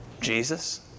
Jesus